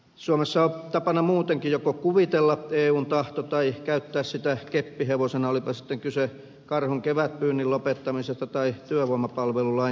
suomessa on tapana muutenkin joko kuvitella eun tahto tai käyttää sitä keppihevosena olipa sitten kyse karhun kevätpyynnin lopettamisesta tai työvoimapalvelulain uudistamisesta